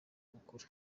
mukuru